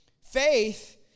Faith